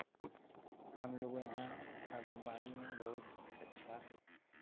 हम लोग यहाँ आंगनबाड़ी में बहुत अच्छा